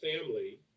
family